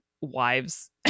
wives